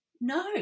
no